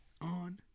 on